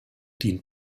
dient